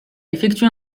effectue